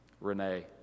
Renee